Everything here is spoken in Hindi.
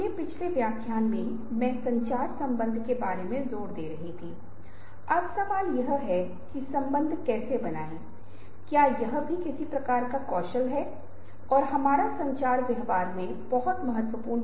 हमने मल्टीमीडिया की प्रासंगिकता के बारे में भी बात की है लेकिन हम आज फिर से इस विशेष संदर्भ में सभी के लिए वापस जा रहे हैं क्योंकि यह दृश्य संस्कृति के विषय में गहराई तक पहुंचाने के लिए बहुत महत्वपूर्ण है